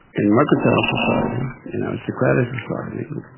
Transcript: in mercantile society, in aristocratic society,